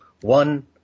One